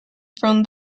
from